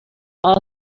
all